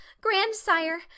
grandsire